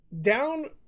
down